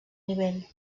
nivell